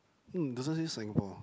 hm doesn't say Singapore